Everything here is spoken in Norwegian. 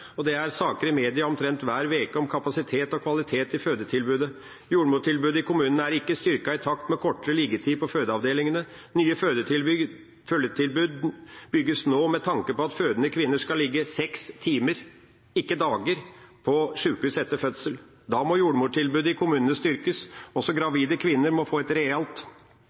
oppsiktsvekkende. Det er saker i media omtrent hver uke om kapasitet og kvalitet i fødetilbudet. Jordmortilbudet i kommunen er ikke styrket i takt med kortere liggetid på fødeavdelingene. Nye fødetilbud bygges nå med tanke på at fødende kvinner skal ligge seks timer – ikke dager – på sjukehus etter fødsel. Da må jordmortilbudet i kommunene styrkes. Også gravide kvinner må få et reelt